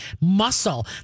muscle